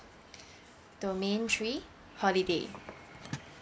domain three holiday